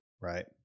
Right